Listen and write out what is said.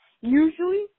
Usually